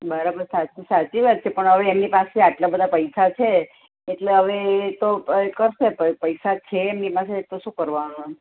બરાબર સાચું સાચી વાત છે પણ હવે એમની પાસે આટલા બધા પૈસા છે એટલે હવે એ તો એ કરશે પૈસા છે એમની પાસે તો શું કરવા